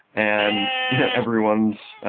and you know everyone's